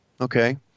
Okay